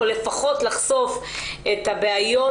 או לפחות לחשוף את הבעיות